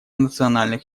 национальных